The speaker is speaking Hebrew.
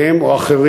הם או אחרים,